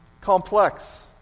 complex